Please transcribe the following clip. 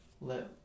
let